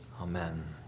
Amen